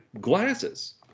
glasses